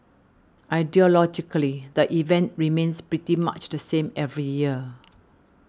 ideologically the event remains pretty much the same every year